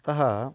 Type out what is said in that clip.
अतः